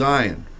Zion